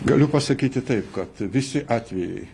galiu pasakyti taip kad visi atvejai